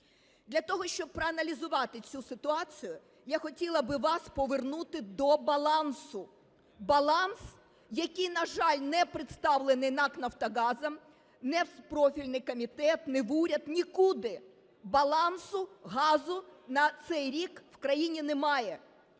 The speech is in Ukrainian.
Для того, щоб проаналізувати цю ситуацію, я хотіла би вас повернути до балансу. Баланс, який, на жаль, не представлений НАК "Нафтогазом" ні в профільний комітет, ні в уряд – нікуди. Балансу, газу на цей рік у країні немає.